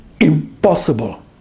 impossible